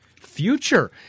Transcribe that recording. future